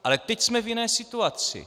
Ale teď jsme v jiné situaci.